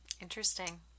interesting